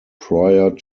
prior